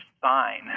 sign